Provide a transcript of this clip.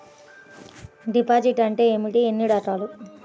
Deposit అంటే ఏమిటీ ఎన్ని రకాలు?